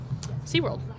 SeaWorld